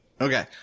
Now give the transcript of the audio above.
Okay